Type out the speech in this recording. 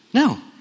No